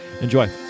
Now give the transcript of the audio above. enjoy